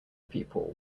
people